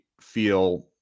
feel